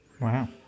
Wow